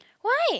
why